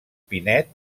pinet